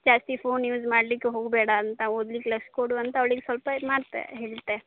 ಜಾಸ್ತಿ phone use ಮಾಡಲಿಕ್ಕೆ ಹೋಗಬೇಡ ಅಂತ ಓದ್ಲಿಕ್ಕೆ ಲಕ್ಷ್ಯ ಕೊಡು ಅಂತ ಅವ್ಳಿಗೆ ಸ್ವಲ್ಪ ಇದು ಮಾಡ್ತೆ ಹೇಳ್ತೆ